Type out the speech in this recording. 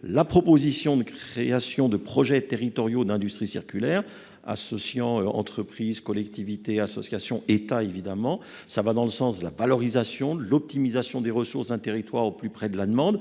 soudain. La création de projets territoriaux d'industrie circulaire associant entreprises, collectivités, État et associations va dans le sens de la valorisation et de l'optimisation des ressources des territoires, au plus près de la demande.